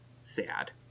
sad